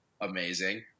amazing